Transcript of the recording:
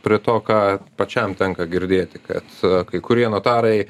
prie to ką pačiam tenka girdėti kad e kai kurie notarai